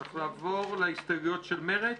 אנחנו נעבור להסתייגויות של מרצ?